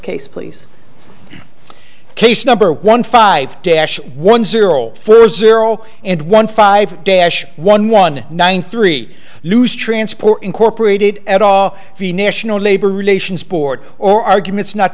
case please case number one five dash one zero four zero and one five dash one one nine three loose transport incorporated at all the national labor relations board or arguments not